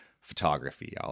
photography